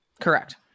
Correct